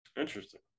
Interesting